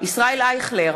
ישראל אייכלר,